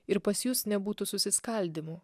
ir pas jus nebūtų susiskaldymų